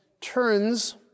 turns